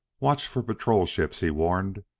watch for patrol ships, he warned.